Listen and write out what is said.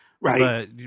right